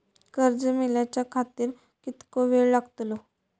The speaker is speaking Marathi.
कर्ज मेलाच्या खातिर कीतको वेळ लागतलो?